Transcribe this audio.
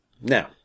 Now